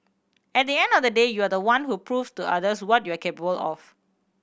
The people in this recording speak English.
at the end of the day you are the one who proves to others what you are capable of